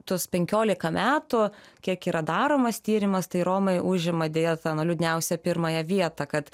tuos penkiolika metų kiek yra daromas tyrimas tai romai užima deja liūdniausia pirmąją vietą kad